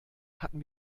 hatten